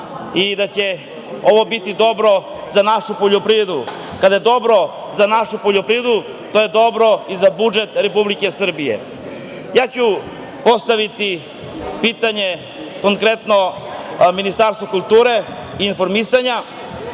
i da će ovo biti dobro za našu poljoprivredu. Kada je dobro za našu poljoprivredu, to je dobro i za budžet Republike Srbije. Postaviću pitanje konkretno Ministarstvu kulture i informisanja,